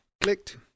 clicked